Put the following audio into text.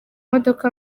modoka